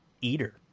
eater